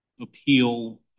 appeal